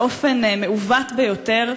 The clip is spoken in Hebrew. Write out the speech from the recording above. באופן מעוות ביותר,